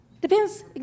Depends